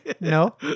No